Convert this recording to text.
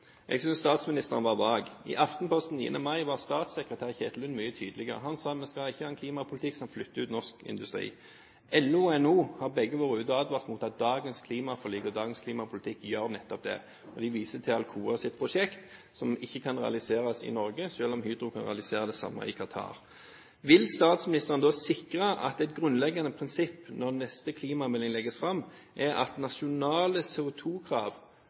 Jeg synes statsministeren var vag. I Aftenposten 9. mai var statssekretær Kjetil Lund mye tydeligere. Han sa at vi skal ikke ha en klimapolitikk som flytter ut norsk industri. LO og NHO har begge vært ute og advart mot at dagens klimaforlik og dagens klimapolitikk gjør nettopp det, og de viser til Alcoas prosjekt som ikke kan realiseres i Norge selv om Hydro kan realisere det samme i Qatar. Vil statsministeren sikre at et grunnleggende prinsipp når neste klimamelding legges fram, er at nasjonale